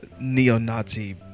neo-nazi